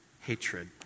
hatred